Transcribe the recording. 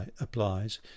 applies